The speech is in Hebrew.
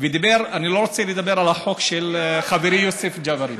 ודיבר אני לא רוצה לדבר על החוק של חברי יוסף ג'בארין.